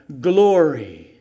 Glory